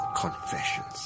Confessions